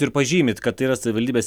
ir pažymit kad tai yra savivaldybės